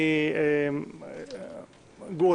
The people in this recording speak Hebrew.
גור,